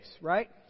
right